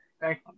Thank